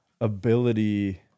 ability